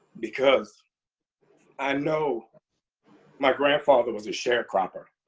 because i know my grandfather was a sharecropper.